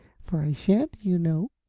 for i shan't, you know.